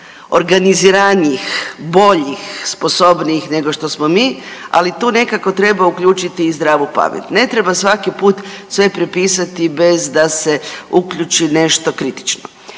organiziranijih, boljih, sposobnijih nego što smo mi, ali tu nekako treba uključiti i zdravu pamet. Ne treba svaki put sve prepisati bez da se uključi nešto kritično.